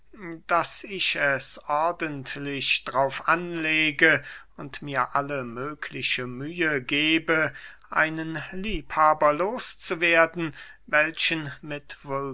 daß ich es ordentlich drauf anlege und mir alle mögliche mühe gebe einen liebhaber los zu werden welchen mit